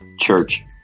church